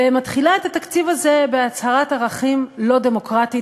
ומתחילה את התקציב הזה בהצהרת ערכים לא דמוקרטית,